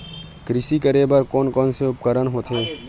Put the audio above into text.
कृषि करेबर कोन कौन से उपकरण होथे?